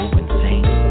insane